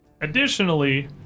additionally